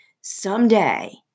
someday